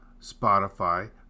Spotify